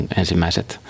ensimmäiset